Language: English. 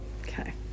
Okay